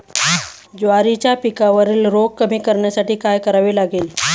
ज्वारीच्या पिकावरील रोग कमी करण्यासाठी काय करावे लागेल?